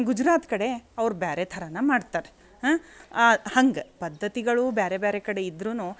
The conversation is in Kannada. ಗುಜರಾತ್ ಕಡೆ ಅವ್ರು ಬೇರೆ ಥರನೇ ಮಾಡ್ತಾರೆ ಹಂಗೆ ಪದ್ಧತಿಗಳು ಬೇರೆ ಬೇರೆ ಕಡೆ ಇದ್ರೂ